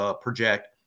project –